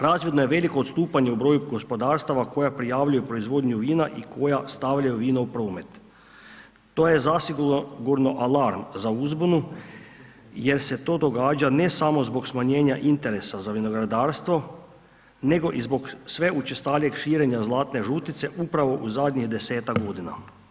Razvidno je veliko odstupanje u broju gospodarstava koja prijavljuju proizvodnju vina i koja stavljaju vino u promet, to je zasigurno alarm za uzbunu jer se to događa ne samo zbog smanjenja interesa za vinogradarstvo, nego i zbog sve učestalijeg širenja zlatne žutice upravo u zadnjih desetak godina.